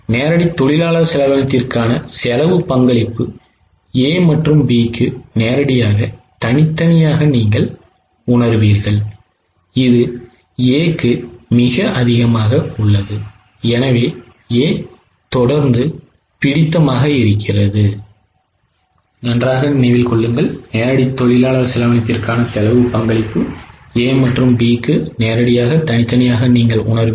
நேரடி தொழிலாளர் செலவினத்திற்கான செலவு பங்களிப்பு A மற்றும் B க்கு நேரடியாக தனித்தனியாக நீங்கள் உணருவீர்கள்